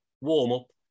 warm-up